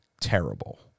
terrible